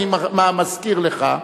אני מזכיר לך.